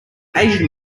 asian